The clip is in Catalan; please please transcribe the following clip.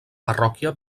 parròquia